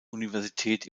universität